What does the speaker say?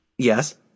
Yes